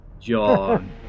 John